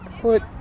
put